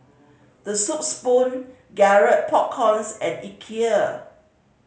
The Soup Spoon Garrett Popcorn and Ikea